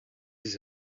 this